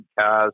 cars